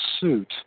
suit